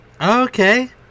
okay